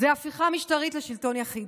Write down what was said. זו הפיכה משטרית לשלטון יחיד.